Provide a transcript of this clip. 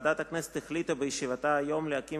ועדת הכנסת החליטה בישיבתה היום להקים